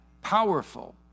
powerful